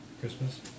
Christmas